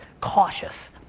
cautious